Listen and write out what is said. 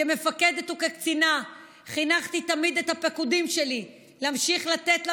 כמפקדת וכקצינה חינכתי תמיד את הפקודים שלי להמשיך לתת למדינה,